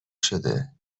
شده